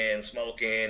smoking